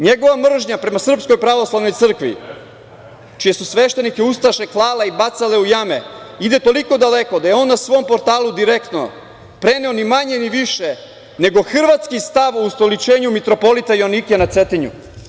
Njegova mržnja prema Srpskoj pravoslavnoj crkvi, čije su sveštenike ustaše klale i bacale u jame, ide toliko daleko da je on na svom portalu direktno preneo, ni manje ni više, nego hrvatski stav o ustoličenju mitropolita Joanikija na Cetinju.